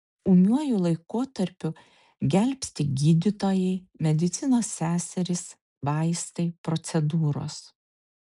ūmiuoju laikotarpiu gelbsti gydytojai medicinos seserys vaistai procedūros